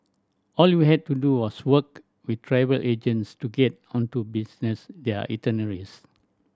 all we had to do was work with travel agents to get onto business their itineraries